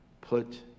Put